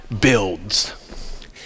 builds